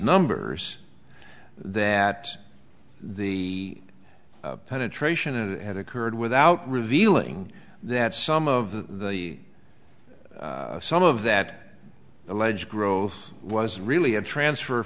numbers that the penetration it had occurred without revealing that some of the some of that alleged growth was really a transfer